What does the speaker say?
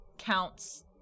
counts